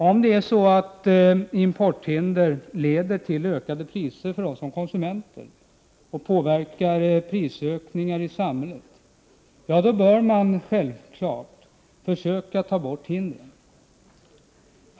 Om det förhåller sig så att importhinder leder till ökade priser för oss som konsumenter, och om de påverkar prisökningarna i samhället, bör man självfallet försöka ta bort hindren.